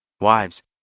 Wives